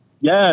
Yes